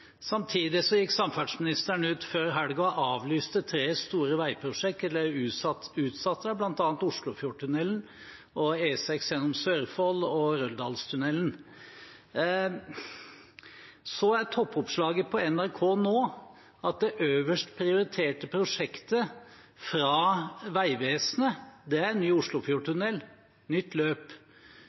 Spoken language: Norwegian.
Samtidig gikk samferdselsministeren ut før helgen og utsatte tre store veiprosjekter, bl.a. Oslofjordtunnelen, E6 gjennom Sørfold og Røldalstunnelen. Toppoppslaget på NRK nå er at det øverst prioriterte prosjektet fra Vegvesenet er nytt løp